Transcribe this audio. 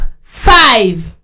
five